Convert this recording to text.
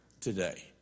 today